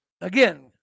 Again